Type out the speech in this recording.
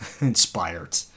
inspired